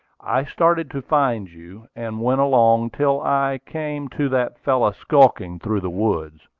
i started to find you and went along till i came to that fellow skulking through the woods.